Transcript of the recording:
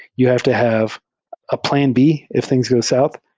you have to have a plan b if things go south.